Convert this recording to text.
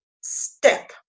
step